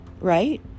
right